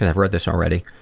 read this already,